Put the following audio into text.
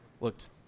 looked